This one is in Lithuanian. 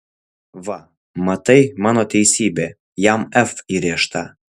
va matai mano teisybė jam f įrėžta